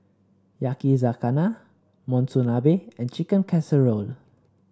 Yakizakana Monsunabe and Chicken Casserole